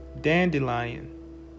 dandelion